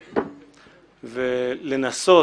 ולנסות,